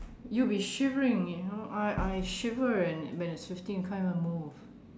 you'll be shivering you know I I shiver in when it's fifteen can't even move